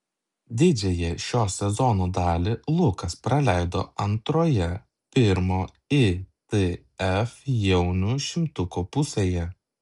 didžiąją šio sezono dalį lukas praleido antroje pirmo itf jaunių šimtuko pusėje